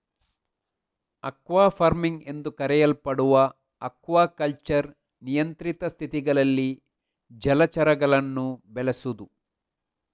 aqua farming ಎಂದೂ ಕರೆಯಲ್ಪಡುವ aquaculture ನಿಯಂತ್ರಿತ ಸ್ಥಿತಿಗಳಲ್ಲಿ ಜಲಚರಗಳನ್ನು ಬೆಳೆಸುದು